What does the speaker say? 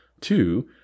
Two